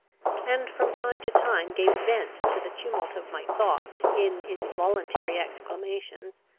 and from time to time gave vent to the tumult of my thoughts in involuntary exclamations,